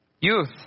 Youth